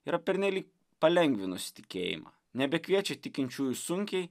yra pernelyg palengvinusi tikėjimą nebekviečia tikinčiųjų sunkiai